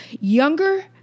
younger